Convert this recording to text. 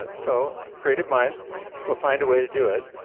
and so creative minds will find a way to do it.